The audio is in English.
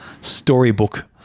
storybook